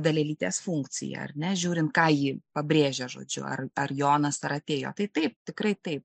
dalelytės funkcija ar ne žiūrint ką ji pabrėžia žodžiu ar ar jonas ar atėjo tai taip tikrai taip